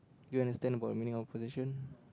do you understand about meaning of possession